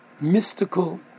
mystical